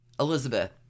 Elizabeth